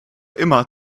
immer